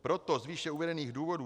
Proto z výše uvedených důvodů